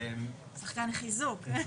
שחקן חיזוק.